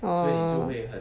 orh